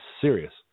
serious